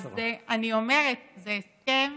אז אני אומרת, זה הסכם